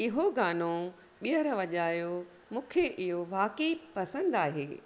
इहो गानो ॿीहर वॼायो मूंखे इहो वाक़ई पसंदि आहे